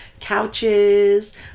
couches